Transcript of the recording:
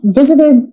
visited